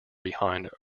behind